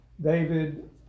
david